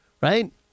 right